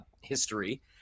history